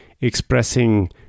expressing